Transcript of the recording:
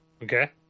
Okay